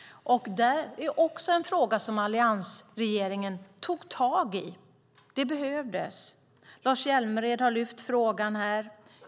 Det är också en fråga som Alliansregeringen tog tag i - det behövdes. Lars Hjälmered har lyft upp frågan här.